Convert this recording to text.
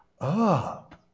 up